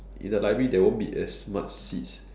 in the library there won't be as much seats